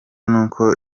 n’uko